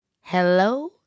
Hello